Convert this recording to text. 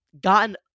gotten